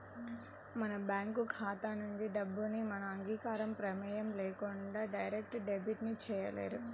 మన బ్యేంకు ఖాతా నుంచి డబ్బుని మన అంగీకారం, ప్రమేయం లేకుండా డైరెక్ట్ డెబిట్ చేయలేరు